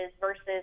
versus